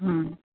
हा